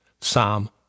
Psalm